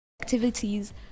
activities